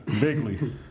Bigly